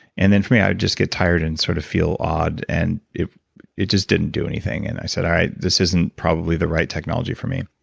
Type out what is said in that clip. and then for me, i would just get tired, and sort of feel odd. and it it just didn't do anything. and i said, all right, this isn't probably the right technology for me.